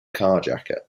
carjacker